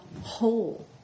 whole